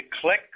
click